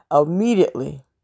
immediately